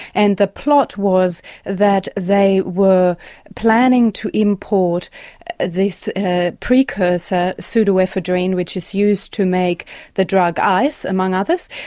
and the plot was that they were planning to import this precursor pseudoephedrine which is used to make the drug ice, among others,